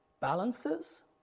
balances